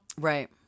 right